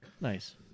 Nice